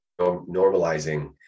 normalizing